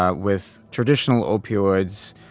ah with traditional opioids,